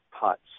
putts